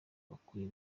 bakwiye